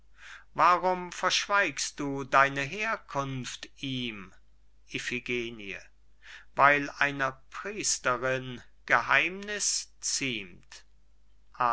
warum verschweigst du deine herkunft ihm iphigenie weil einer priesterin geheimniß ziemt